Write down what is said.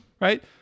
Right